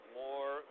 more